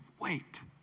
wait